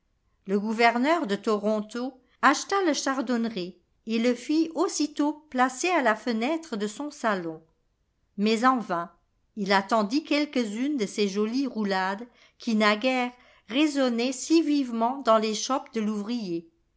le gouverneur de toronto acheta le chardonneret et le fit aussitôt placer à la fenêtre de son salon mais en vain il attendit quelques-unes de ces jolies roulades qui naguère résonnaient si vivement dans l'échoppe de l'ouvrier